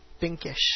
pinkish